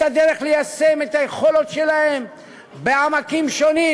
את הדרך ליישם את היכולות שלהם בעמקים שונים,